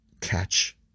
catch